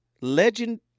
legend